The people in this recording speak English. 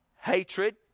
Hatred